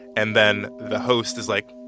and then the host is like,